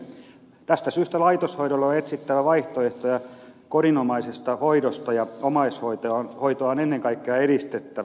tästä syystä laitoshoidolle on etsittävä vaihtoehtoja kodinomaisesta hoidosta ja omaishoitoa on ennen kaikkea edistettävä